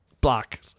black